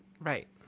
Right